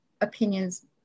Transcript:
opinions